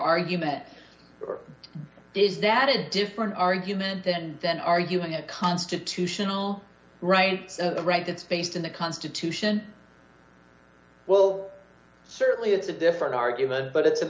argument or is that a different argument then then arguing a constitutional right right that's based in the constitution well certainly it's a different argument but it's an